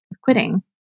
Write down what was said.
quitting